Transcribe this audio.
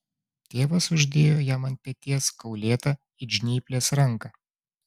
tėvas uždėjo jam ant peties kaulėtą it žnyplės ranką